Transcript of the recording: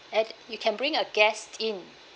and you can bring a guest in